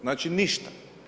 Znači ništa.